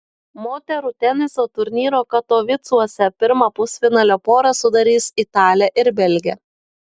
moterų teniso turnyro katovicuose pirmą pusfinalio porą sudarys italė ir belgė